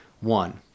One